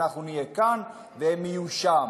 שאנחנו נהיה כאן והם יהיו שם.